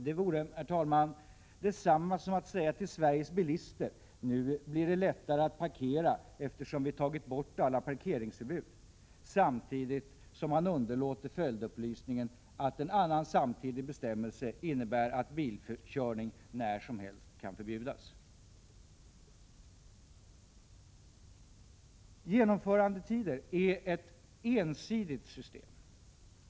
Det vore, herr talman, detsamma som att säga till Sveriges bilister: Nu blir det lättare att parkera eftersom vi tagit bort alla parkeringsförbud — samtidigt som man underlåter att lämna följdupplysningen att en annan samtidig bestämmelse innebär att bilkörning när som helst kan förbjudas. Genomförandetider är ett ensidigt system.